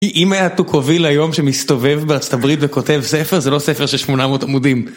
כי אם היה תוקוביל היום שמסתובב בארצת הברית וכותב ספר, זה לא ספר של 800 עמודים.